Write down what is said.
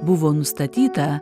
buvo nustatyta